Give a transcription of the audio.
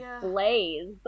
Blaze